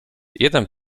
jeden